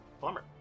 bummer